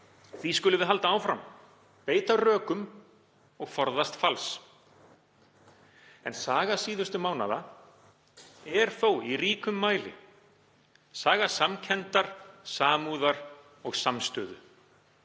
Því skulum við halda áfram, beita rökum og forðast fals. En saga síðustu mánaða er þó í ríkum mæli saga samkenndar, samúðar og samstöðu.